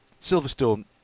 Silverstone